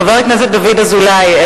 חבר הכנסת דוד אזולאי,